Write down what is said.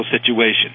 situation